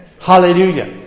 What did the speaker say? Hallelujah